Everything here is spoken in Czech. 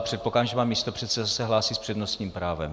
Předpokládám, že pan místopředseda se hlásí s přednostním právem.